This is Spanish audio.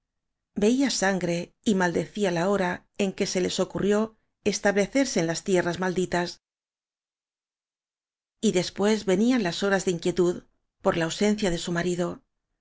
veía sangre y maldecía la hora en que se les ocu rrió establecerse en las tierras malditas y des pués venían las horas de inquietud por la au sencia de su marido